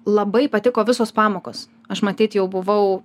labai patiko visos pamokos aš matyt jau buvau